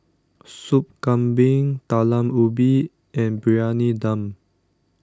Soup Kambing Talam Ubi and Briyani Dum